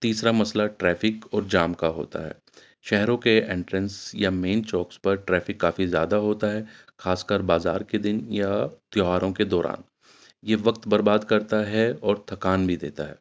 تیسرا مسئلہ ٹریفک اور جام کا ہوتا ہے شہروں کے انٹرینس یا مین چوکس پر ٹریفک کافی زیادہ ہوتا ہے خاص کر بازار کے دن یا تیوہاروں کے دوران یہ وقت برباد کرتا ہے اور تھکان بھی دیتا ہے